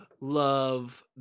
love